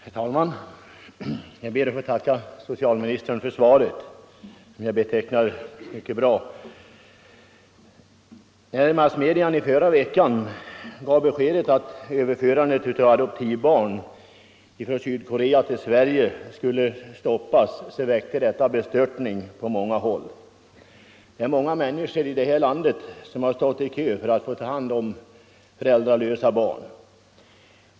Herr talman! Jag ber att få tacka socialministern för svaret som jag betecknar som mycket upplysande. När massmedia förra veckan gav beskedet att överförandet av adop tivbarn från Sydkorea till Sverige skulle stoppas väckte det bestörtning på många håll. Det är många människor i vårt land som har stått i kö för att få ta hand om föräldralösa barn.